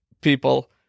people